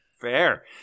Fair